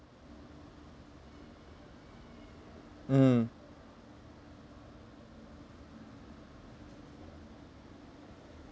mmhmm